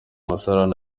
musarani